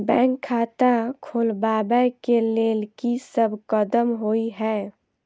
Bank खाता खोलबाबै केँ लेल की सब कदम होइ हय?